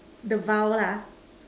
the vow lah